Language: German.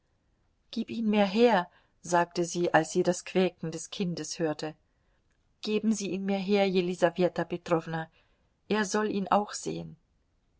gebt ihn mir her sagte sie als sie das quäken des kindes hörte geben sie ihn mir her jelisaweta petrowna er soll ihn auch sehen